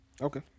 Okay